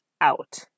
out